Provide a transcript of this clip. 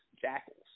jackals